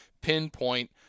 pinpoint